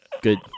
good